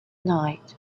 night